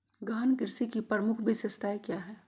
गहन कृषि की प्रमुख विशेषताएं क्या है?